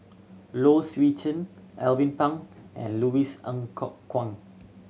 Low Swee Chen Alvin Pang and Louis Ng Kok Kwang